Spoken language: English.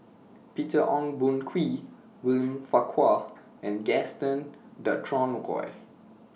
Peter Ong Boon Kwee William Farquhar and Gaston Dutronquoy